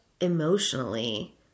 emotionally